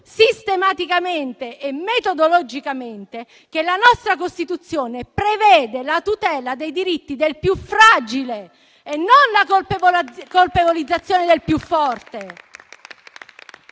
sistematicamente e metodologicamente che la nostra Costituzione prevede la tutela dei diritti del più fragile e non la colpevolizzazione del più forte.